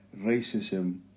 racism